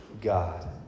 God